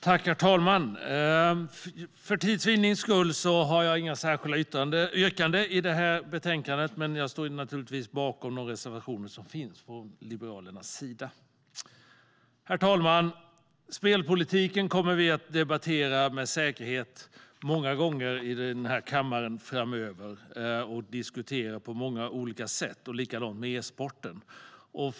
Herr talman! För tids vinnande har jag inga särskilda yrkanden när det gäller det här betänkandet. Men jag står naturligtvis bakom Liberalernas reservationer. Herr talman! Spelpolitiken kommer vi med säkerhet att debattera och diskutera många gånger och på många olika sätt i den här kammaren framöver. Detsamma gäller e-sporten.